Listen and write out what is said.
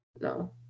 no